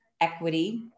equity